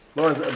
lawrence,